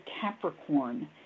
Capricorn